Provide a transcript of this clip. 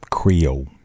Creole